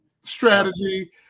strategy